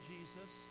Jesus